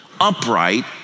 upright